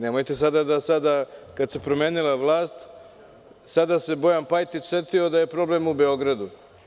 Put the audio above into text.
Nemojte da sada kada se promenila vlast, sada se Bojan Pajtić setio da je problem u Beogradu.